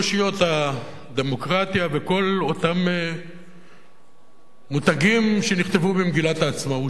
הדמוקרטיה וכל אותם מותגים שנכתבו במגילת העצמאות שלנו.